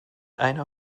einer